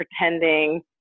pretending